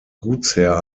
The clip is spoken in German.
gutsherr